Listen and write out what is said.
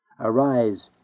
Arise